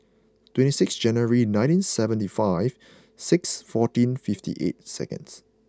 twenty six January nineteen seventy five six fourteen fifty eight seconds